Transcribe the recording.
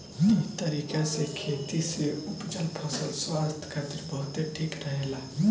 इ तरीका से खेती से उपजल फसल स्वास्थ्य खातिर बहुते ठीक रहेला